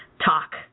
talk